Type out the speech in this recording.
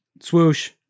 swoosh